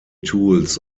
tools